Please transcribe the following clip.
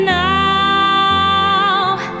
now